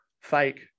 fake